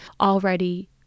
already